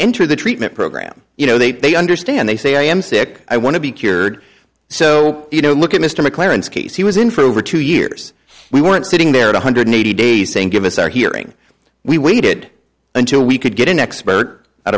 enter the treatment program you know they they understand they say i am sick i want to be cured so you know look at mr mclaren's case he was in for over two years we weren't sitting there one hundred eighty days saying give us our hearing we waited until we could get an expert out